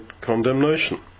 condemnation